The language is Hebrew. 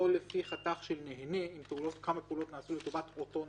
או לפי חתך של נהנה אם כמה פעולות נעשו לטובת אותו נהנה,